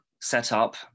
setup